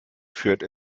führt